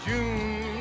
June